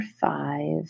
five